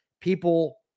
people